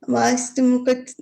mąstymu kad